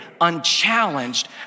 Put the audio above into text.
unchallenged